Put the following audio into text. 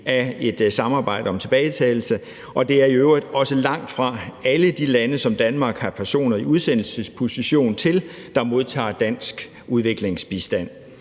af et samarbejde om tilbagetagelse, og det er i øvrigt også langt fra alle de lande, som Danmark har personer i udsendelsesposition til, der modtager dansk udviklingsbistand.